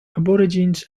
aborigines